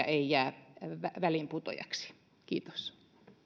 ei jää väliinputoajaksi kiitos